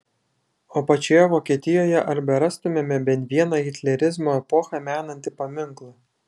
o pačioje vokietijoje ar berastumėme bent vieną hitlerizmo epochą menantį paminklą